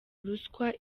ruswa